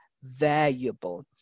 valuable